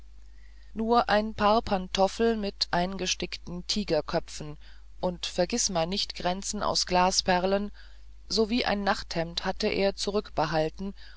nur ein paar pantoffel mit eingestickten tigerköpfen und vergißmeinichtkränzen aus glasperlen sowie ein nachthemd hatte er zurückbehalten